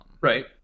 right